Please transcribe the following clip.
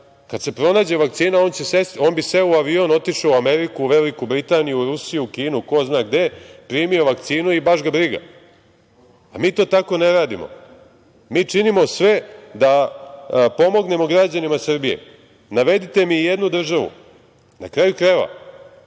Kada se pronađe vakcina, on bi seo u avion, otišao u Ameriku, Veliku Britaniju, Rusiju, Kinu, ko zna gde, primio vakcinu i baš ga briga, a mi to tako ne radimo. Mi činimo sve da pomognemo građanima Srbije. Navedite mi jednu državu…Na kraju krajeva,